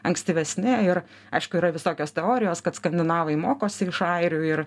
ankstyvesni ir aišku yra visokios teorijos kad skandinavai mokosi iš airių ir